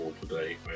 today